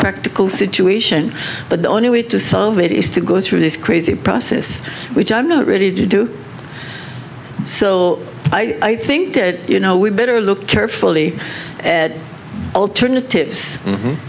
practical situation but the only way to solve it is to go through this crazy process which i'm not ready to do so i think that you know we better look carefully at alternatives